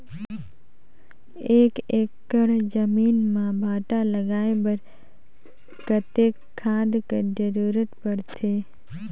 एक एकड़ जमीन म भांटा लगाय बर कतेक खाद कर जरूरत पड़थे?